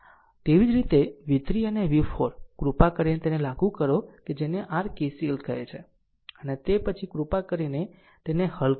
તેવી જ રીતે v3 અને v4 કૃપા કરીને તેને લાગુ કરો કે જેને r KCL કહે છે અને તે પછી કૃપા કરીને તેને હલ કરો